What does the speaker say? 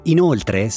Inoltre